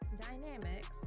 dynamics